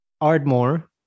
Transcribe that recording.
Ardmore